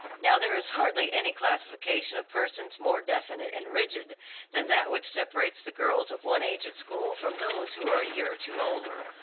now there is hardly any classification of persons more definite and rigid than that which separates the girls of one age at school from those who are a year or two older,